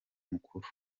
mukuru